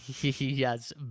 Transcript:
yes